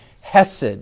Hesed